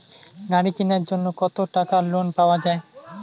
গাড়ি কিনার জন্যে কতো টাকা লোন পাওয়া য়ায়?